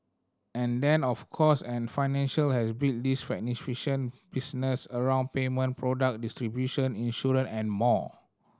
and then of course and Financial has built this magnificent business around payment product distribution insurance and more